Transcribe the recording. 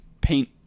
Paint